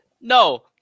No